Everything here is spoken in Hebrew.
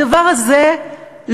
הדבר הזה,